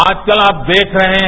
आज कल आप देख रहे हैं